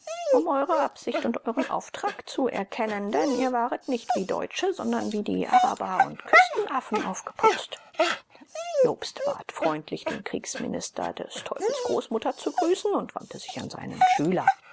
um eure absicht und euren auftrag zu erkennen denn ihr waret nicht wie deutsche sondern wie die araber und küstenaffen aufgeputzt jobst bat freundlich den kriegsminister des teufels großmutter zu grüßen und wandte sich an seinen schüler